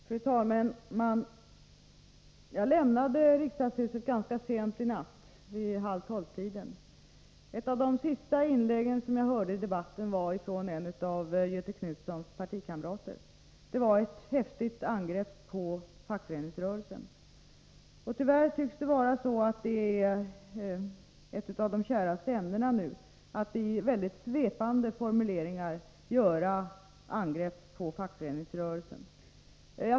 Fru talman! Jag lämnade riksdagshuset ganska sent i natt, vid halvtolvtiden. Ett av de sista inlägg som jag hörde i debatten, var det som hölls av en av Göte Jonssons partikamrater. Det var ett häftigt angrepp på fackföreningsrörelsen. Tyvärr tycks det vara en av de käraste sysselsättningarna nu att i mycket svepande formuleringar göra angrepp på fackföreningsrörelsen.